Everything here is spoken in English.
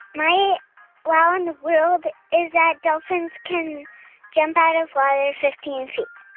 my wow in the world is that dolphins can jump out of water fifteen feet.